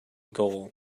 goal